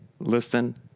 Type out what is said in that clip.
Listen